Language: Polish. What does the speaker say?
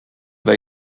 dla